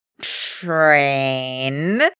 train